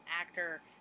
actor